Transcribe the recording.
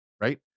Right